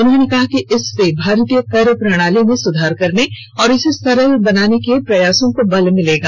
उन्होंने कहा कि इससे भारतीय कर प्रणाली में सुधार करने और इसे सरल बनाने के प्रयासों को बल मिलेगा